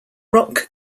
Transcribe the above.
rock